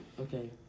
Okay